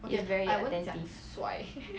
he's very attentive